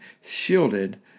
shielded